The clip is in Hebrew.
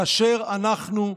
כאשר אנחנו,